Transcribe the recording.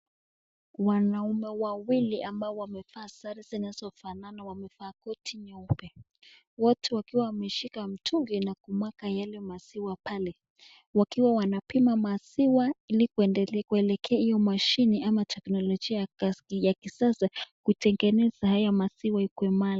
Wanaume wawili ambao wamevaa sare zilizofanana wamevaa koti nyeupe. Wote wakiwa wameshika mtungi na kumwaga yale maziwa pale. Wakiwa wanapima maziwa ili kuelekea hiyo mashine ama teknolojia ya kisasa kutengeneza haya maziwa ikuwe mala.